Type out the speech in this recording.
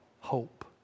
hope